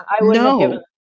No